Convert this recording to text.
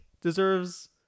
deserves